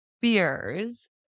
fears